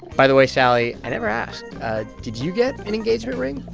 by the way, sally, i never asked did you get an engagement ring?